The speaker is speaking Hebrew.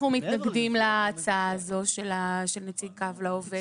אנחנו מתנגדים להצעה הזאת של נציג קו לעובד.